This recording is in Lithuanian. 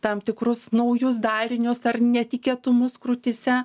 tam tikrus naujus darinius ar netikėtumus krūtyse